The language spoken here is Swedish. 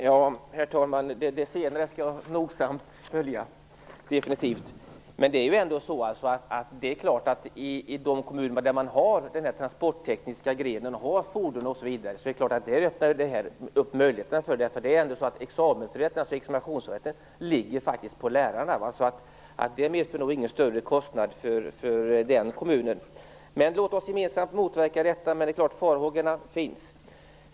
Herr talman! Det senare skall jag nogsamt följa. Men i de kommuner där man har transportteknisk gren, tillgång till fordon osv. öppnas möjligheterna för detta. Examinationsrätten ligger faktiskt på lärarna. Det medför nog ingen större kostnad för de kommunerna. Låt oss gemensamt motverka detta, men det är klart att farhågorna finns.